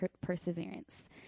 perseverance